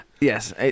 yes